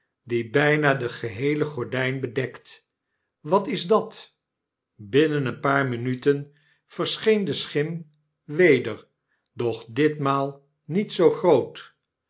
die bijna de geheele gordijn bedekt wat is dat binnen een paar minuten verscheen de schim weder doch ditmaal niet zoo groot